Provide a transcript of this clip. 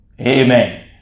Amen